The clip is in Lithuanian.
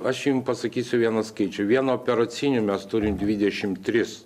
aš jum pasakysiu vieną skaičių vien operacinių mes turim dvidešimt tris